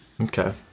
Okay